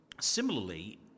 similarly